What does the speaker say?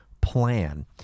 plan